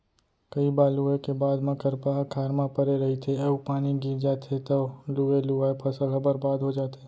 कइ बार लूए के बाद म करपा ह खार म परे रहिथे अउ पानी गिर जाथे तव लुवे लुवाए फसल ह बरबाद हो जाथे